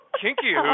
Kinky